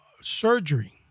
Surgery